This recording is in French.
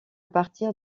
partir